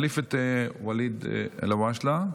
מחליף את ואליד אלהואשלה,